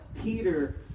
Peter